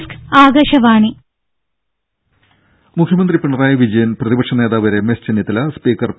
രംഭ മുഖ്യമന്ത്രി പിണറായി വിജയൻ പ്രതിപക്ഷ നേതാവ് രമേശ് ചെന്നിത്തല സ്പീക്കർ പി